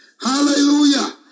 Hallelujah